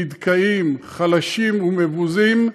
נדכאים, חלשים ומבוזים,